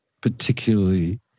particularly